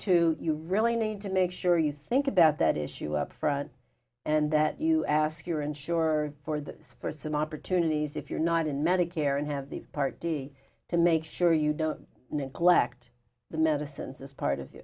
to you really need to make sure you think about that issue upfront and that you ask your insurer for this for some opportunities if you're not in medicare and have the party to make sure you don't neglect the medicines as part of